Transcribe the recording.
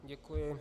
Děkuji.